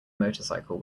motorcycle